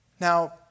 Now